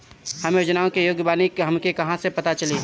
हम योजनाओ के लिए योग्य बानी ई हमके कहाँसे पता चली?